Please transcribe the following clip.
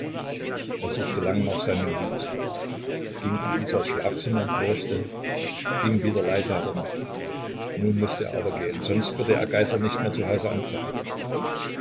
er suchte lange nach seinem hut ging an isas schlafzimmer horchte ging wieder leise herum nun mußte er aber gehen sonst würde er geißler nicht mehr zu hause antreffen